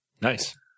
Nice